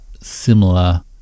similar